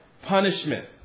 Punishment